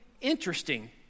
interesting